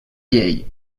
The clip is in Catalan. llei